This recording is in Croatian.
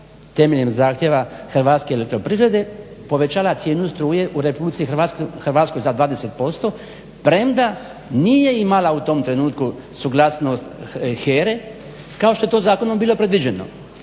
temeljem zahtjeva Hrvatske elektroprivrede povećala cijenu struje u RH za 20% premda nije imala u tom trenutku suglasnost HERE kao što je to zakonom bilo predviđeno.